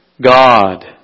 God